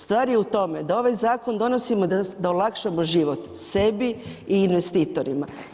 Stvar je u tome da ovaj zakon donosimo da olakšamo život sebi i investitorima.